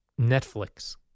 Netflix